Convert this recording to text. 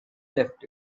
left